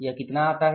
यह कितना आता है